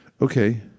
Okay